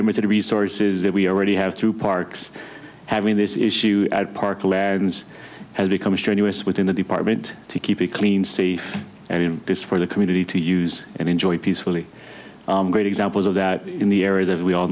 limited resources that we already have through parks having this issue at park aladdin's has become strenuous within the department to keep it clean safe and in this for the community to use and enjoy peacefully great examples of that in the area that we all